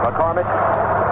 McCormick